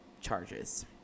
charges